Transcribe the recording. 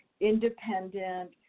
independent